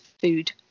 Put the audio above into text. food